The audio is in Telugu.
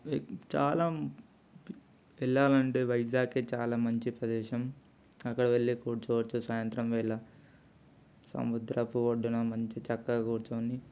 చాలా వెళ్ళాలంటే వైజాగ్ చాలా మంచి ప్రదేశం అక్కడ వెళ్ళి కూర్చోవచ్చు సాయంత్రం వేళ సముద్రపు ఒడ్డున మంచి చక్కగ కూర్చుని